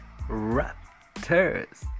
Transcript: Raptors